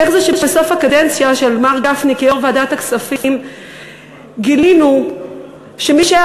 איך זה שבסוף הקדנציה של מר גפני כיו"ר ועדת הכספים גילינו שמי שהיה